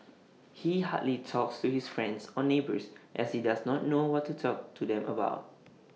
he hardly talks to his friends or neighbours as he does not know what to talk to them about